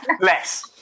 Less